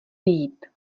vyjít